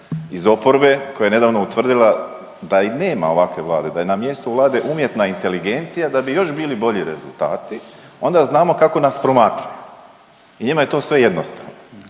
iz oporbe koja je nedavno utvrdila da i nema ovakve vlade, da je na mjestu vlade umjetna inteligencija da bi još bili bolji rezultati onda znamo kako nas promatraju. Njima je to sve jednostavno,